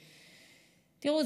תראו,